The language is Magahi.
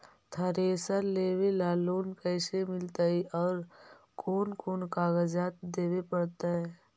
थरेसर लेबे ल लोन कैसे मिलतइ और कोन कोन कागज देबे पड़तै?